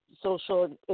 social